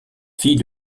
fille